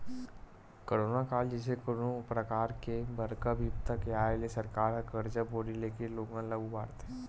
corona काल जइसे कोनो परकार के बड़का बिपदा के आय ले सरकार ह करजा बोड़ी लेके लोगन ल उबारथे